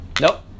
Nope